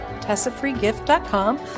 tessafreegift.com